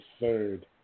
third